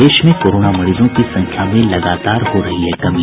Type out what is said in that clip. प्रदेश में कोरोना मरीजों की संख्या में लगातार हो रही है कमी